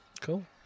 Cool